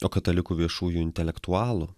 o katalikų viešųjų intelektualų